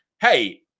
hey